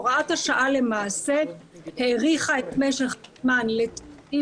הוראת השעה למעשה האריכה את משך הזמן ל-90